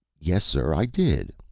yes, sir, i did.